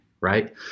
right